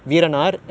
eh